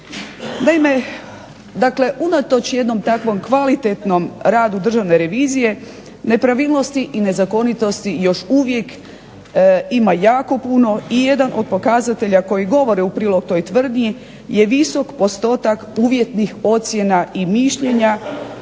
dakle unatoč jednom takvom kvalitetnom radu državne revizije nepravilnosti i nezakonitost još uvijek ima jako puno i jedan od pokazatelja koji govore u prilog toj tvrdnji je visok postotak uvjetnih ocjena i mišljenja